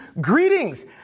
greetings